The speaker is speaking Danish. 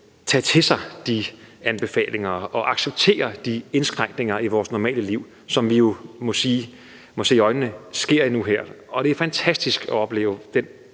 tage de anbefalinger til sig og acceptere de indskrænkninger i vores normale liv, som vi jo må se i øjnene sker nu her, og det er fantastisk at opleve den